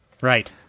right